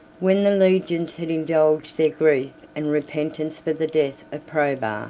when the legions had indulged their grief and repentance for the death of probus,